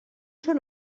són